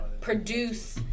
produce